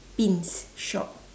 pins shop